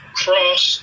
cross